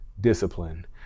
discipline